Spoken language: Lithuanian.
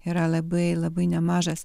yra labai labai nemažas